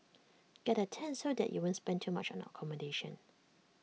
get A tent so that you won't spend too much on accommodation